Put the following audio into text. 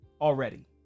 already